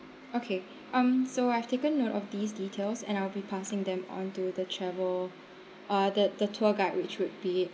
okay um so I've taken note of these details and Iwill be passing them onto the travel uh the the tour guide which would be